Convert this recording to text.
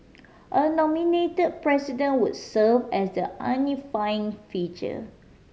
a nominate president would serve as the figure